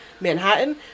Manhattan